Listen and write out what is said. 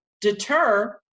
deter